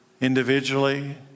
Individually